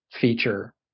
feature